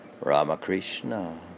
Ramakrishna